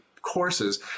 courses